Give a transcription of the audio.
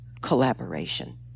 collaboration